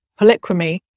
polychromy